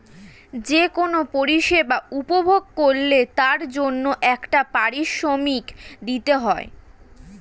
যে কোন পরিষেবা উপভোগ করলে তার জন্যে একটা পারিশ্রমিক দিতে হয়